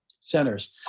centers